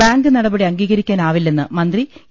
bank നടപടി അംഗീകരിക്കാനാവി ല്ലെന്ന് മന്ത്രി ഇ